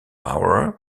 power